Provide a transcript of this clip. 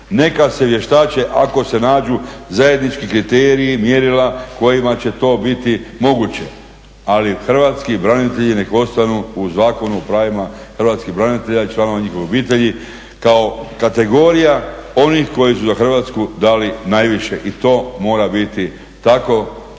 Neka se vještače ako se nađu zajednički kriteriji, mjerila kojima će to biti moguće, ali Hrvatski branitelji nek ostanu u Zakonu o pravima Hrvatskih branitelja i članova njihovih obitelji kao kategorija onih koji su za Hrvatsku dali najviše i to mora biti tako